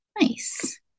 Nice